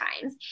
times